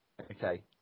Okay